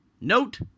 Note